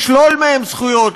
לשלול מהם זכויות,